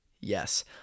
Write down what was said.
Yes